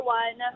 one